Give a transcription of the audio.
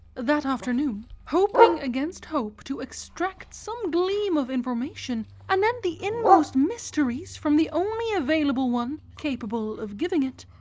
that afternoon, hoping against hope to extract some gleam of information and anent the inmost mysteries from the only available one capable of giving it,